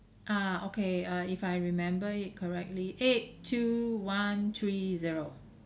ah okay uh if I remember it correctly eight two one three zero